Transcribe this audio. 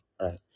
right